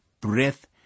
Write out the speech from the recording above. breath